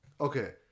Okay